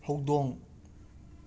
ꯍꯧꯗꯣꯡ